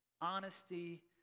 honesty